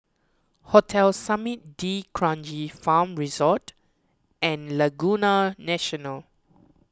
Hotel Summit D'Kranji Farm Resort and Laguna National